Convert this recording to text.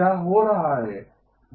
क्या हो रहा है